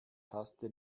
taste